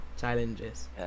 challenges